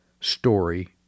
story